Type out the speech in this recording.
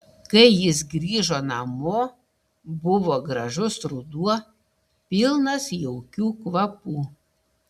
kai jis grįžo namo buvo gražus ruduo pilnas jaukių kvapų